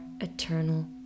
eternal